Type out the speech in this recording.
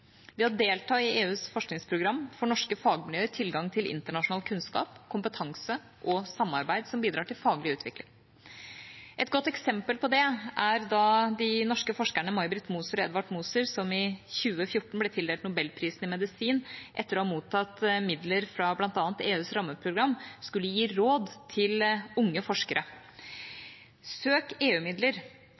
Ved å delta i EUs forskningsprogram får norske fagmiljøer tilgang til internasjonal kunnskap, kompetanse og samarbeid som bidrar til faglig utvikling. Et godt eksempel på det er da de norske forskerne May? Britt Moser og Edvard Moser, som i 2014 ble tildelt Nobelprisen i medisin etter å ha mottatt midler fra bl.a. EUs rammeprogram, skulle gi råd til unge forskere: